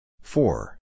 Four